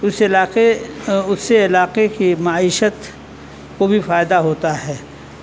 اس علاقے اس سے علاقے کی معیشت کو بھی فائدہ ہوتا ہے